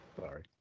Sorry